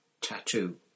tattoo